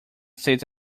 states